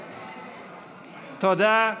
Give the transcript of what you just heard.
תודה.